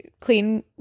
clean